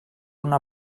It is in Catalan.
una